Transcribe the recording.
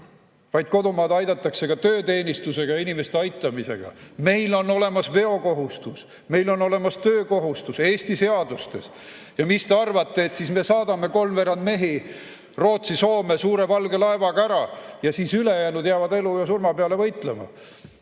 vaid kodumaad aidatakse ka tööteenistusega ja inimeste aitamisega. Meil on olemas veokohustus, meil on olemas töökohustus Eesti seadustes. Mis te arvate, et siis me saadame kolmveerand mehi Rootsi, Soome suure valge laevaga ära ja siis ülejäänud jäävad elu ja surma peale võitlema?